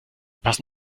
passen